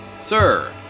Sir